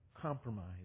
compromise